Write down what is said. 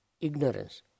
ignorance